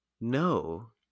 no